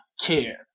care